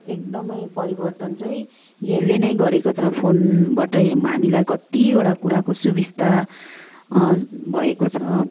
एकदमै परिवर्तन चाहिँ यसले नै गरेको छ फोनबाटै हामीलाई कतिवटा कुराको सुविस्ता भएको छ